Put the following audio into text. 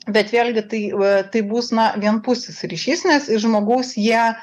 bet vėlgi tai va taip bus na vienpusis ryšys nes iš žmogaus jie